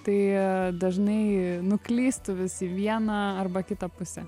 tai dažnai nuklystu visi vieną arba kitą pusę